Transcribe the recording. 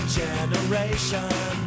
generation